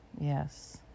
Yes